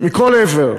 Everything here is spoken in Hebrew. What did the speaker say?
מכל עבר,